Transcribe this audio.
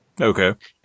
Okay